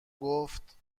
گفت